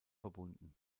verbunden